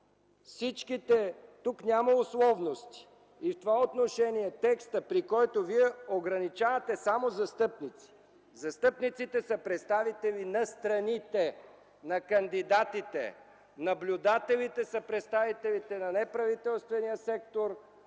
категоричен. Тук няма условности. В това отношение текстът, в който вие ограничавате само застъпници – то застъпниците са представители на страните, на кандидатите. Наблюдателите са представители на неправителствения сектор,